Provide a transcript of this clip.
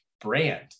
brand